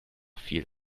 viel